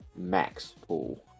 MAXPOOL